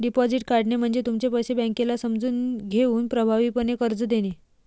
deposit काढणे म्हणजे तुमचे पैसे बँकेला समजून घेऊन प्रभावीपणे कर्ज देणे